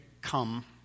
come